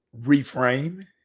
reframe